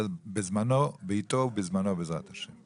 אבל בעיתו ובזמנו בעזרת ה'.